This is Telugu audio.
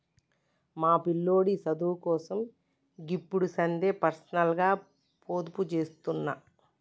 మా పిల్లోడి సదువుకోసం గిప్పడిసందే పర్సనల్గ పొదుపుజేత్తన్న